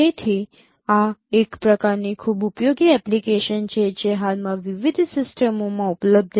તેથી આ એક પ્રકારની ખૂબ ઉપયોગી એપ્લિકેશન છે જે હાલમાં વિવિધ સિસ્ટમોમાં ઉપલબ્ધ છે